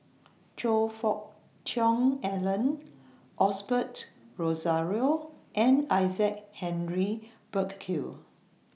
Choe Fook Cheong Alan Osbert Rozario and Isaac Henry Burkill